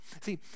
See